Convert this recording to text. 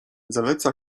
zaleca